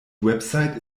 website